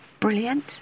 brilliant